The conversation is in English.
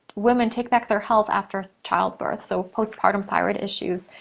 women, take back their health after childbirth, so postpartum thyroid issues.